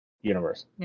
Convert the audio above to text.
universe